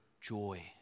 joy